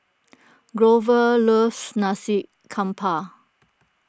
Grover loves Nasi Campur